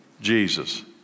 Jesus